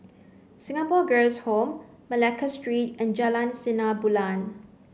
Singapore Girls' Home Malacca Street and Jalan Sinar Bulan